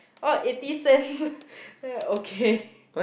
oh eighty cents okay